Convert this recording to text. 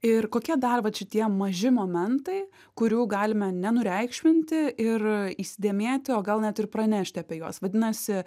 ir kokie dar vat šitie maži momentai kurių galime nenureikšminti ir įsidėmėti o gal net ir pranešti apie juos vadinasi